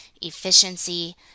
efficiency